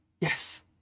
yes